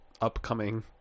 upcoming